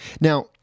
Now